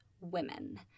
women